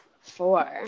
four